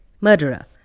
Murderer